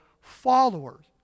followers